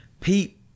Pete